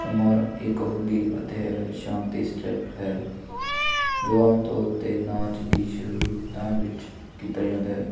ਝੂਮਰ ਇੱਕ ਹੋਲੀ ਅਤੇ ਸ਼ਾਂਤੀ ਸਟੈਪ ਹੈ ਜੋ ਆਮ ਤੌਰ 'ਤੇ ਨਾਚ ਦੀ ਸ਼ੁਰੂਆਤ ਵਿੱਚ ਕੀਤਾ ਜਾਂਦਾ